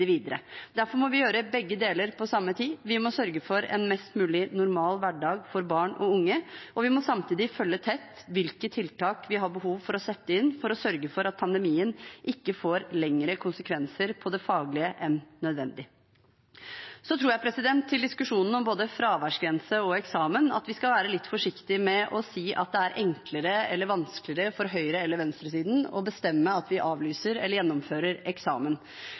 videre. Derfor må vi gjøre begge deler på samme tid: Vi må sørge for en mest mulig normal hverdag for barn og unge, og vi må samtidig følge tett hvilke tiltak vi har behov for å sette inn for å sørge for at pandemien ikke får lengre konsekvenser på det faglige enn nødvendig. Så tror jeg, når det gjelder diskusjonen om både fraværsgrense og eksamen, at vi skal være litt forsiktige med å si at det er enklere eller vanskeligere for høyre- eller venstresiden å bestemme at vi avlyser eller gjennomfører eksamen.